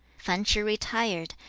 fan ch'ih retired,